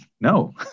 no